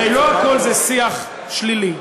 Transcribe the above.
הרי לא הכול זה שיח שלילי.